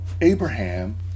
Abraham